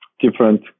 different